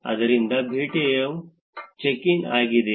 ಆದ್ದರಿಂದ ಭೇಟಿಯು check in ಆಗಿದೆ